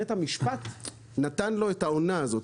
בית המשפט נתן לו את העונה הזאת,